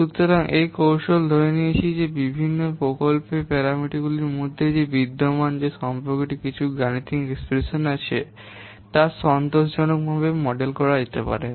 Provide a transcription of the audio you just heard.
সুতরাং এই কৌশলটি ধরে নিয়েছে যে বিভিন্ন প্রকল্পের প্যারামিটারগুলির মধ্যে বিদ্যমান যে সম্পর্কটি কিছু গাণিতিক এক্সপ্রেশন আছে তা সন্তোষজনকভাবে মডেল করা যেতে পারে